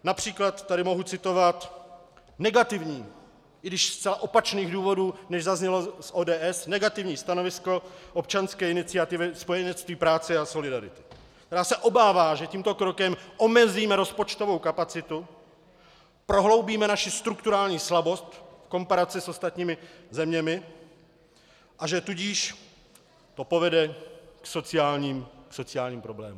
Například tady mohu citovat negativní, i když ze zcela opačných důvodů, než zaznělo z ODS, negativní stanovisko občanské iniciativy Spojenectví práce a solidarity, která se obává, že tímto krokem omezíme rozpočtovou kapacitu, prohloubíme naši strukturální slabost komparace s ostatními zeměmi, a že tudíž to povede k sociálním problémům.